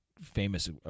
famous